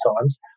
times